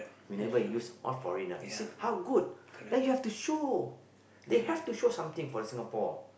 we never use all foreigner you see how good then you have to show they have to show something for the Singapore